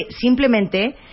simplemente